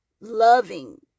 loving